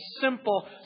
simple